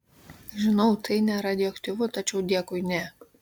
žinau tai neradioaktyvu tačiau dėkui ne